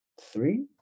three